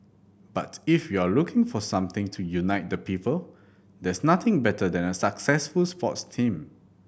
but if you're looking for something to unite the people there's nothing better than a successful sports team